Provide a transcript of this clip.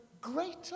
greater